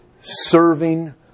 serving